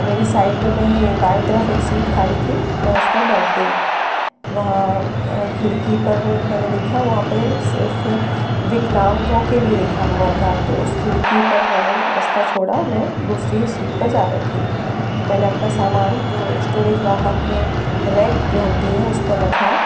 मेरी साइड में ही बाएँ तरफ एक सीट खाली थी मैं उस पर बैठ गई वहाँ खिड़की पर मैंने देखा वहाँ पर सिर्फ विकलांगों के लिए लिखा हुआ था तो उस खिड़की पर मैंने रास्ता छोड़ा और मैं दूसरी सीट पर जा बैठी मैंने अपना सामान जो स्टोरेज वाहक रैक जो होती है उस पर रखा